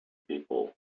people